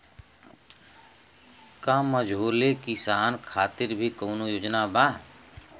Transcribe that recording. का मझोले किसान खातिर भी कौनो योजना बा?